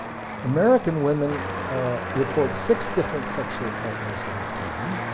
american women report six different sexual partners lifetime